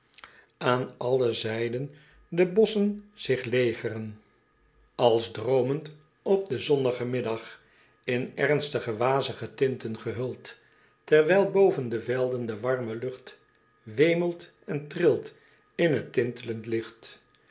eel alle zijden de boschen zich legeren als droomend op den zonnigen middag in ernstige wazige tinten gehuld terwijl boven de velden de warme lucht wemelt en trilt in het tintelend licht